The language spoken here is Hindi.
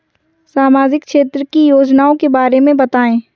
सामाजिक क्षेत्र की योजनाओं के बारे में बताएँ?